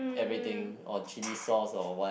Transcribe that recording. everything or chili sauce or what